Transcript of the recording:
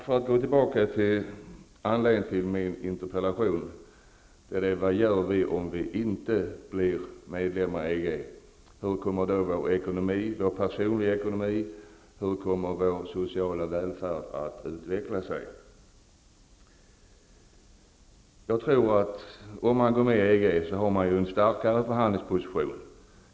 Jag går tillbaka till anledningen till att jag ställde interpellationen. Frågan gäller vad Sverige gör om Sverige inte blir medlem i EG. Hur kommer då ekonomin och den sociala välfärden att utvecklas? Jag tror att om Sverige går med i EG kommer Sverige att få en starkare förhandlingsposition.